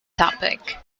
topic